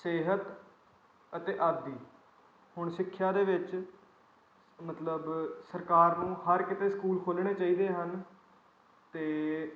ਸਿਹਤ ਅਤੇ ਆਦਿ ਹੁਣ ਸਿੱਖਿਆ ਦੇ ਵਿੱਚ ਮਤਲਬ ਸਰਕਾਰ ਨੂੰ ਹਰ ਕਿਤੇ ਸਕੂਲ ਖੋਲਣੇ ਚਾਹੀਦੇ ਹਨ ਅਤੇ